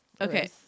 Okay